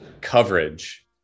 coverage